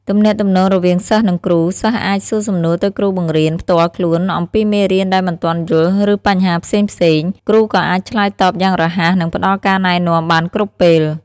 ទំនាក់ទំនងរវាងសិស្សនិងគ្រូ សិស្សអាច សួរសំណួរទៅគ្រូបង្រៀន ផ្ទាល់ខ្លួនអំពីមេរៀនដែលមិនទាន់យល់ ឬបញ្ហាផ្សេងៗ។ គ្រូក៏អាចឆ្លើយតបយ៉ាងរហ័ស និងផ្តល់ការណែនាំបានគ្រប់ពេល។